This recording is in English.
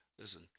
listen